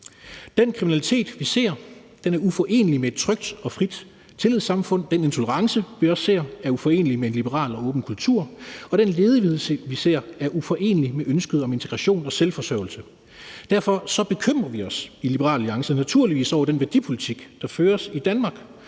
Den kriminalitet, vi ser, er uforenelig med et trygt og frit tillidssamfund, og den intolerance, vi også ser, er uforenelig med en liberal og åben kultur, og den ledighed, vi ser, er uforenelig med ønsket om integration og selvforsørgelse. Derfor bekymrer vi os i Liberal Alliance naturligvis over den værdipolitik, der føres i Danmark,